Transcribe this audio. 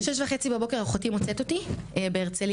ב-06:30 בבוקר אחותי מוצאת אותי בהרצליה,